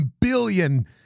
billion